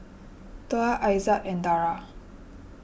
Tuah Aizat and Dara